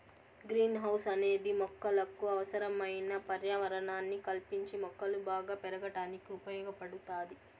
green house అనేది మొక్కలకు అవసరమైన పర్యావరణాన్ని కల్పించి మొక్కలు బాగా పెరగడానికి ఉపయోగ పడుతాది